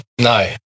No